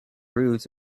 rules